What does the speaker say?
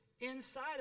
inside